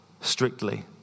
strictly